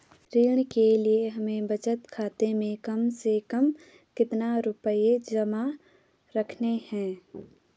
ऋण के लिए हमें बचत खाते में कम से कम कितना रुपये जमा रखने हैं?